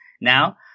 now